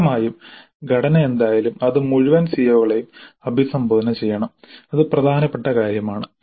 വ്യക്തമായും ഘടന എന്തായാലും അത് മുഴുവൻ സിഒകളെയും അഭിസംബോധന ചെയ്യണം അത് പ്രധാനപ്പെട്ട കാര്യമാണ്